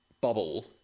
bubble